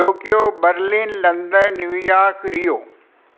Tokyo Berlin London New York rio